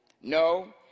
No